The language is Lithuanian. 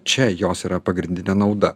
čia jos yra pagrindinė nauda